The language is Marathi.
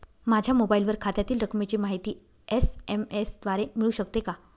माझ्या मोबाईलवर खात्यातील रकमेची माहिती एस.एम.एस द्वारे मिळू शकते का?